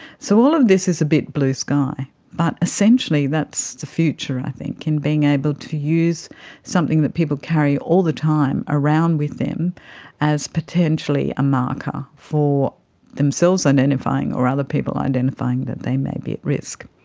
so all of this is a bit blue-sky, but essentially that's the future i think in being able to use something that people carry all the time around with them as potentially a marker for themselves identifying or other people identifying that they may be at risk.